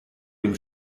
dem